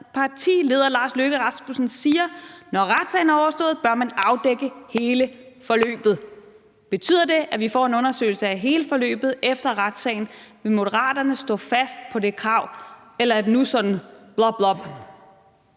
partileder Lars Løkke Rasmussen siger, at når retssagen er overstået, bør man afdække hele forløbet. Betyder det, at vi får en undersøgelse af hele forløbet efter retssagen? Vil Moderaterne stå fast på det krav, eller er det nu sådan noget bla